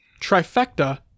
Trifecta